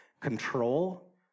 control